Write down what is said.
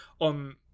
on